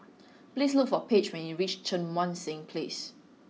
please look for Paige when you reach Cheang Wan Seng Place